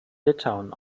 litauen